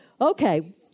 Okay